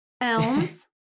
elms